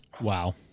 Wow